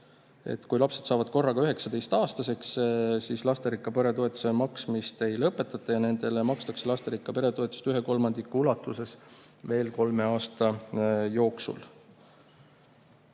Kui lapsed saavad korraga 19‑aastaseks, siis lasterikka pere toetuse maksmist ei lõpetata ja perele makstakse lasterikka pere toetust ühe kolmandiku ulatuses veel kolme aasta jooksul.